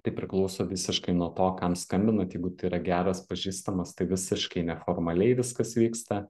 tai priklauso visiškai nuo to kam skambinat jeigu tai yra geras pažįstamas tai visiškai neformaliai viskas vyksta